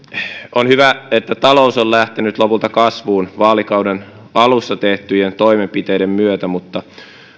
on hyvä että talous on lähtenyt lopulta kasvuun vaalikauden alussa tehtyjen toimenpiteiden myötä mutta